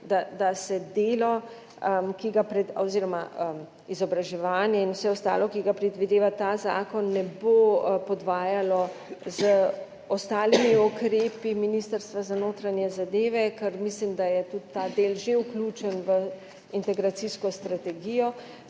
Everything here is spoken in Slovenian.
in vse ostalo, kar predvideva ta zakon, ne bo podvajalo z ostalimi ukrepi Ministrstva za notranje zadeve, ker mislim, da je tudi ta del že vključen v integracijsko strategijo